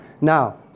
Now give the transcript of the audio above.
Now